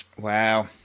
wow